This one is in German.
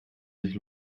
sich